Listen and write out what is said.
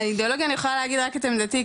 אידיאולוגיה אני יכולה להגיד רק את עמדתי,